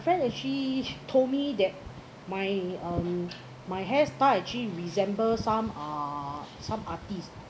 friend is she told me that my um my hair style actually resembled some uh some artist